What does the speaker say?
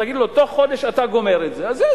תגיד לו: תוך חודש אתה גומר את זה,